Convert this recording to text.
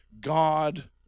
God